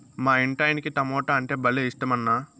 మా ఇంటాయనకి టమోటా అంటే భలే ఇట్టమన్నా